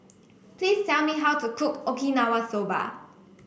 please tell me how to cook Okinawa Soba